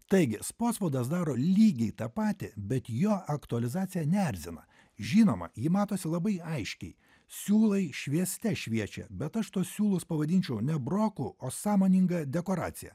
taigi spotsvudas daro lygiai tą patį bet jo aktualizacija neerzina žinoma ji matosi labai aiškiai siūlai švieste šviečia bet aš tuos siūlus pavadinčiau ne broku o sąmoninga dekoracija